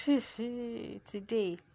today